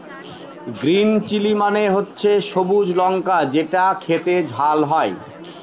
green chilli মানে হচ্ছে সবুজ লঙ্কা যেটা খেতে ঝাল হয়